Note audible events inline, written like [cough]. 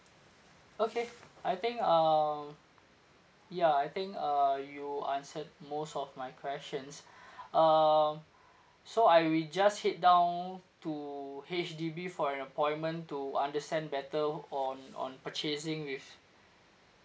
okay I think um ya I think uh you answered most of my questions [breath] um so I will just head down to H_D_B for an appointment to understand better on on purchasing with